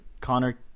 Connor –